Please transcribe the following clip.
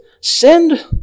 send